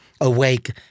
Awake